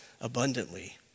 abundantly